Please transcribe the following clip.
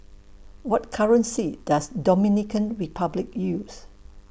What currency Does Dominican Republic use